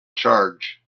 charge